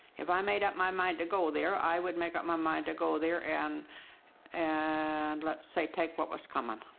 if i made up my mind to go there, i would make up my mind to go there and and let's say, take what was coming.